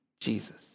Jesus